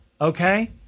Okay